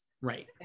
Right